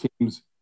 teams